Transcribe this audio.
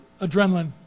adrenaline